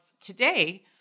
today